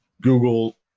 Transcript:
Google